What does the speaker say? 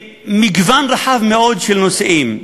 במגוון רחב מאוד של נושאים,